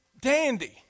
dandy